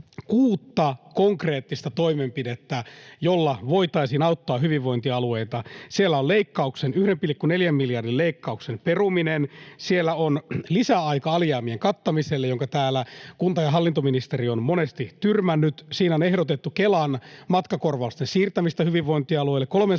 kuutta konkreettista toimenpidettä, joilla voitaisiin auttaa hyvinvointialueita. Siellä on 1,4 miljardin leikkauksen peruminen, siellä on lisäaika alijäämien kattamiselle, jonka täällä kunta- ja hallintoministeri on monesti tyrmännyt, siinä on ehdotettu Kelan matkakorvausten siirtämistä hyvinvointialueille,